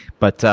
but